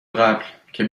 قبل، که